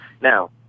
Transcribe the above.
Now